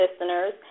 listeners